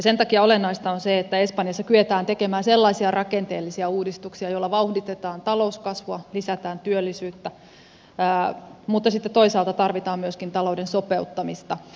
sen takia olennaista on se että espanjassa kyetään tekemään sellaisia rakenteellisia uudistuksia joilla vauhditetaan talouskasvua lisätään työllisyyttä mutta sitten toisaalta tarvitaan myöskin talouden sopeuttamista